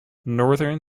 northern